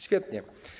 Świetnie.